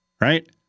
right